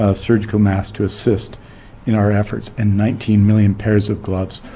ah surgical masks to assist in our efforts. in nineteen million pairs of gloves.